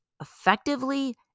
effectively